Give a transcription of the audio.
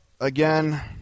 again